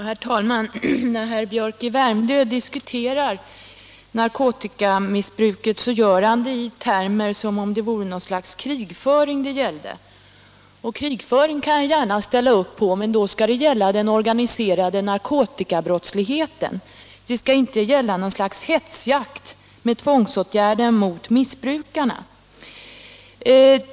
Herr talman! När herr Biörck i Värmdö diskuterar narkotikamissbruket gör han det i termer som om det gällde något slags krigföring. En krigföring kan jag gärna ställa upp på, men då skall det gälla den organiserade narkotikabrottsligheten och inte en hetsjakt med tvångsåtgärder på missbrukarna.